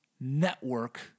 network